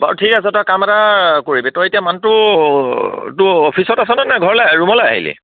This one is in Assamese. বাৰু ঠিক আছে তই কাম এটা কৰিবি তই এতিয়া মানুহটো অফিচত আছে নে নাই ঘৰলে ৰুমলে আহিলি